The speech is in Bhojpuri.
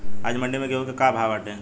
आज मंडी में गेहूँ के का भाव बाटे?